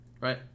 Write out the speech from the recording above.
right